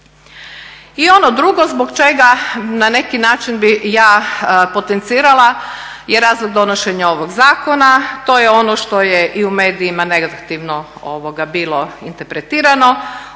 I ono drugo zbog čega na neki način bih ja potencirala je razlog donošenja ovog zakona, to je ono što je i u medijima negativno bilo interpretirano.